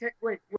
Wait